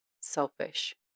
selfish